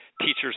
teachers